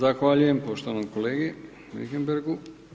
Zahvaljujem poštovanom kolegi Richemberghu.